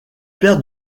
père